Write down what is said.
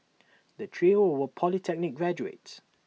the trio were polytechnic graduates